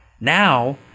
Now